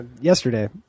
Yesterday